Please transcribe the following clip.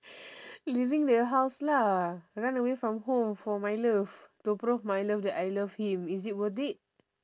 leaving the house lah run away from home for my love to prove my love that I love him is it worth it